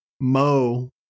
Mo